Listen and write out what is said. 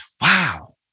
wow